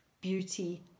beauty